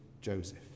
Joseph